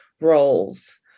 roles